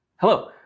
Hello